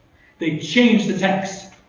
they changed the text.